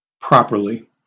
properly